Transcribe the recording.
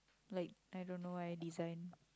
like I don't know I design